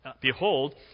Behold